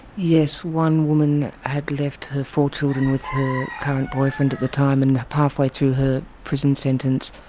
yes, one woman had left her four children with her current boyfriend at the time, and half-way through her prison sentence,